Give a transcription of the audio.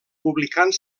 publicant